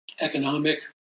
economic